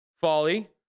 folly